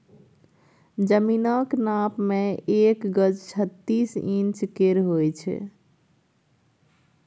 जमीनक नाप मे एक गज छत्तीस इंच केर होइ छै